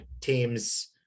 teams